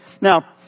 Now